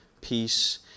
peace